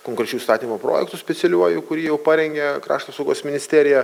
konkrečiu įstatymų projektu specialiuoju kurį jau parengė krašto apsaugos ministerija